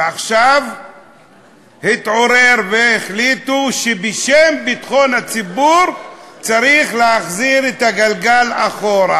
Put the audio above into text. ועכשיו התעוררו והחליטו שבשם ביטחון הציבור צריך להחזיר את הגלגל אחורה.